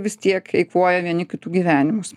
vis tiek eikvoja vieni kitų gyvenimus